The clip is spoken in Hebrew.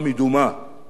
לדעתי, עם אירן.